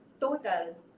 total